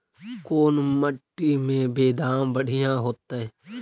कोन मट्टी में बेदाम बढ़िया होतै?